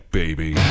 baby